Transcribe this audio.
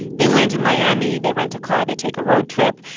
they land in miami. they rent a car. they take a road trip.